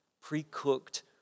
pre-cooked